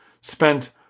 spent